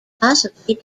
possibly